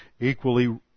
equally